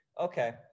Okay